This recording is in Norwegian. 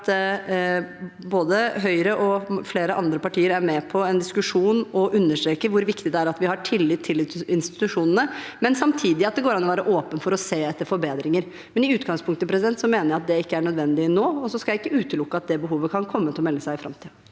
at både Høyre og flere andre partier er med på en diskusjon og understreker hvor viktig det er at vi har tillit til institusjonene, og at det samtidig går an å være åpen for å se etter forbedringer. I utgangspunktet mener jeg at det ikke er nødvendig nå, men så skal jeg ikke utelukke at det behovet kan komme til å melde seg i framtiden.